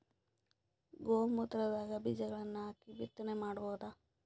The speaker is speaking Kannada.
ಗೋ ಮೂತ್ರದಾಗ ಬೀಜಗಳನ್ನು ಹಾಕಿ ಬಿತ್ತನೆ ಮಾಡಬೋದ?